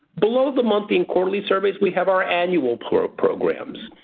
below the monthly and quarterly surveys we have our annual programs.